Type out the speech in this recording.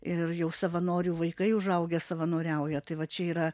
ir jau savanorių vaikai užaugę savanoriauja tai va čia yra